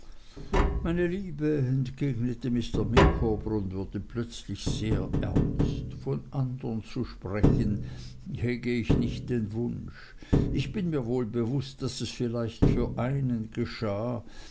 meine liebe entgegnete mr micawber und wurde plötzlich sehr ernst von andern zu sprechen hege ich nicht den wunsch ich bin mir wohl bewußt daß es vielleicht für einen geschah